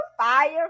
Fire